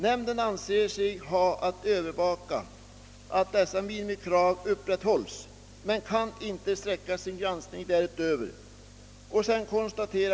Nämnden anser sig ha att övervaka att dessa minimikrav upprätthålls men kan inte sträcka sin granskning därutöver.